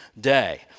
day